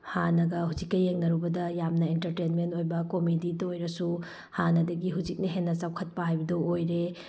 ꯍꯥꯟꯅꯒ ꯍꯧꯖꯤꯛꯀ ꯌꯦꯡꯅꯔꯨꯕꯗ ꯌꯥꯝꯅ ꯑꯦꯟꯇꯔꯇꯦꯟꯃꯦꯟ ꯑꯣꯏꯕ ꯀꯣꯃꯦꯗꯤꯗ ꯑꯣꯏꯔꯁꯨ ꯍꯥꯟꯅꯗꯒꯤ ꯍꯧꯖꯤꯛꯅ ꯍꯦꯟꯅ ꯆꯥꯎꯈꯠꯄ ꯍꯥꯏꯕꯗꯨ ꯑꯣꯏꯔꯦ